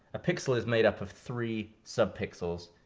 a pixel is made up of three sub-pixels,